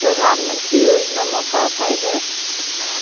परधानमंतरी योजना म का फायदा?